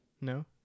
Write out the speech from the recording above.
No